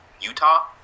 Utah